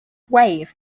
wave